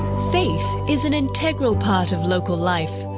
faith is an integral part of local life.